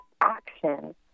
action